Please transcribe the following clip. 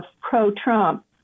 pro-Trump